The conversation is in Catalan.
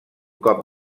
cop